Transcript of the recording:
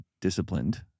disciplined